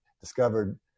discovered